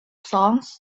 songs